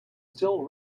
still